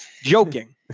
Joking